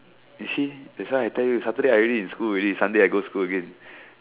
you see that's why I tell you Saturday I already in school already Sunday I go school again